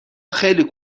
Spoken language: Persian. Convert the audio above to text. خیلی